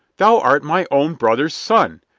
thou art my own brother's son.